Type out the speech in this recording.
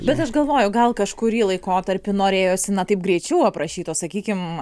bet aš galvoju gal kažkurį laikotarpį norėjosi na taip greičiau aprašyto sakykim